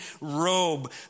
robe